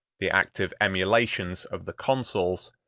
the active emulations of the consuls,